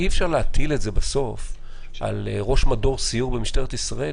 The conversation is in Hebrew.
אי-אפשר להטיל את זה בסוף על ראש מדור סיור במשטרת ישראל,